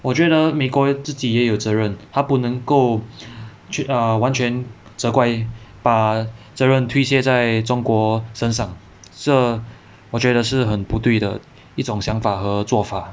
我觉得美国自己也有责任还不能够去 err 完全责怪把责任推卸在中国身上这我觉得是很不对的一种想法和做法